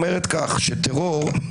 אומרת כך: שטרור,